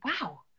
wow